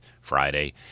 Friday